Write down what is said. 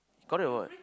correct what